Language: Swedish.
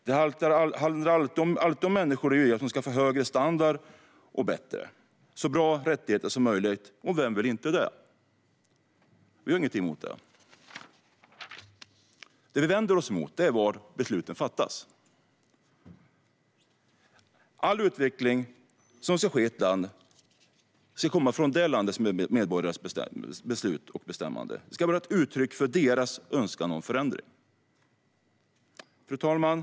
Det handlar alltid om att människor i EU ska få det bättre, få högre standard och få så bra rättigheter som möjligt. Och vem vill inte det? Vi har ingenting emot det. Det som vi vänder oss mot är var besluten fattas. All utveckling som ska ske i ett land ska komma från vad det landets medborgare har beslutat och bestämt. Det ska vara ett uttryck för deras önskan om förändring. Fru talman!